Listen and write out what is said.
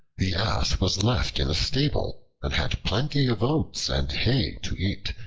the ass was left in a stable and had plenty of oats and hay to eat,